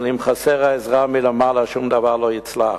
אבל אם חסרה העזרה מלמעלה, שום דבר לא יצלח,